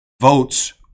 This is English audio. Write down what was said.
votes